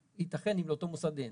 יתכן אם לאותו מוסד אין.